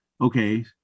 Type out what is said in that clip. Okay